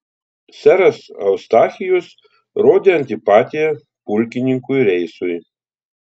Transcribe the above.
seras eustachijus rodė antipatiją pulkininkui reisui